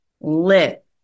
lit